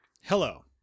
Hello